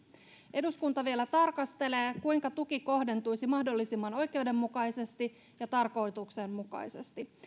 eduskunta vielä tarkastelee kuinka tuki kohdentuisi mahdollisimman oikeudenmukaisesti ja tarkoituksenmukaisesti